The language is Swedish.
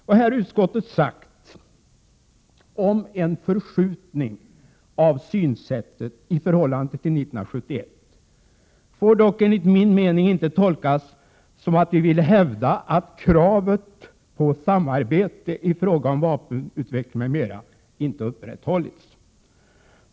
Vad konstitutionsutskottet här har sagt om en förskjutning av synsättet i förhållande till 1971 får dock enligt min mening inte tolkas som att vi vill hävda att kravet på samarbete i fråga om vapenutveckling m.m. inte upprätthållits.